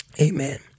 Amen